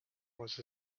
was